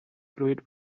fluid